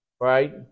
right